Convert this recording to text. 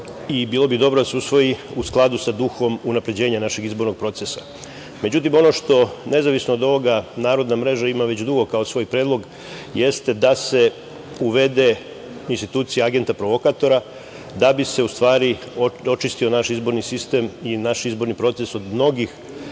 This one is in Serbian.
Bilo bi dobro da se usvoji u skladu sa duhom unapređenja našeg izbornog procesa.Međutim, ono što, nezavisno od ovoga narodna mreža ima već dugo kao svoj predlog jeste da se uvede institucija agenta provokatora, da bi se očistio naš izborni sistem i naš izborni proces od mnogih